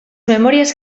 memorias